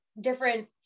different